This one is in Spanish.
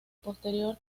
posterior